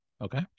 Okay